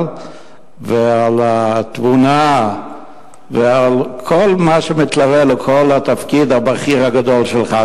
ועל התבונה ועל כל מה שמתלווה לתפקיד הבכיר והגדול שלך.